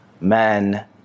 men